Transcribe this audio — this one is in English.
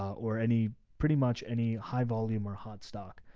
or any pretty much any high volume or hot stock.